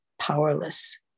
powerless